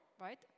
right